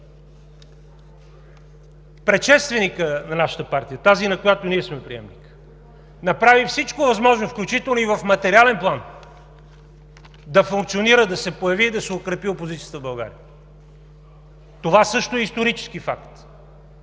предшественикът на нашата партия – тази, на която ние сме приемник, направи всичко възможно, включително и в материален план, да функционира, да се появи и да се укрепи опозицията в България. Това също е исторически факт.